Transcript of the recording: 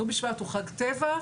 ט"ו בשבט הוא חג טבע,